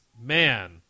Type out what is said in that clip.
man